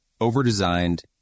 overdesigned